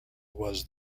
was